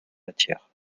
matière